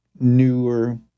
Newer